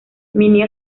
minnie